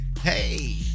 Hey